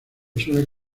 suele